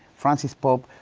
francis pope,